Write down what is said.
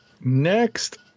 Next